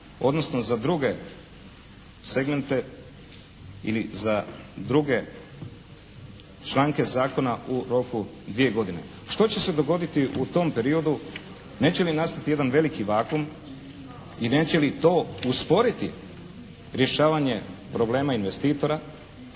odnosno za druge segmente ili za druge članke zakona u roku dvije godine. Što će se dogoditi u tom periodu? Neće li nastati jedan veliki vakum i neće li to usporiti rješavanje problema investitora